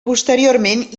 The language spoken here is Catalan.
posteriorment